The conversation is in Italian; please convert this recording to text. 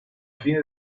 fine